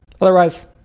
Otherwise